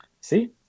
See